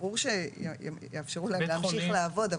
ברור שיאפשרו להם להמשיך לעבוד,